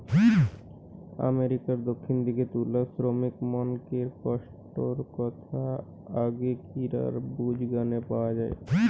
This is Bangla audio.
আমেরিকার দক্ষিণ দিকের তুলা শ্রমিকমনকের কষ্টর কথা আগেকিরার ব্লুজ গানে পাওয়া যায়